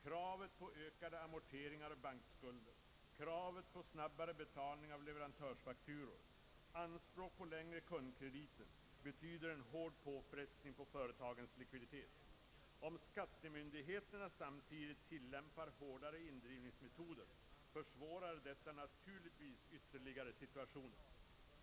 Kravet på ökade amorteringar av bankskulder, kravet på snabbare betalning av leverantörsfakturor och anspråk på längre kundkrediter betyder en hård påfrestning på företagens likviditet. Om skattemyndigheterna samtidigt tillämpar hårdare indrivningsmetoder, försvårar detta naturligtvis ytterligare situationen.